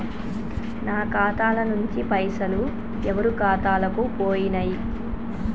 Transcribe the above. నా ఖాతా ల నుంచి పైసలు ఎవరు ఖాతాలకు పోయినయ్?